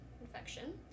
infection